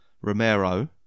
Romero